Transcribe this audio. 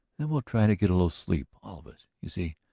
then we'll try to get a little sleep, all of us. you see,